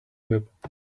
whip